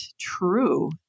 true